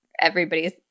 everybody's